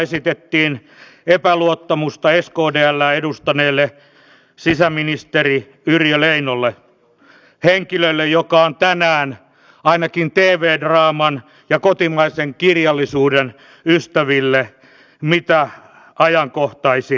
nämä ovat erittäin tärkeitä toimia erityisesti juuri nyt kun suomalaisten turvallisuudentunne on tänään ainakin teeveedraaman ja kotimaisen kirjallisuuden ystäville mitä ajankohtaisi